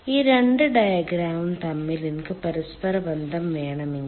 ഈ രണ്ട് ഡയഗ്രാമും തമ്മിൽ എനിക്ക് പരസ്പരബന്ധം വേണമെങ്കിൽ